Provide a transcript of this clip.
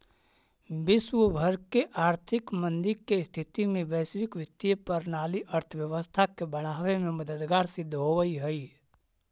विश्व भर के आर्थिक मंदी के स्थिति में वैश्विक वित्तीय प्रणाली अर्थव्यवस्था के बढ़ावे में मददगार सिद्ध होवऽ हई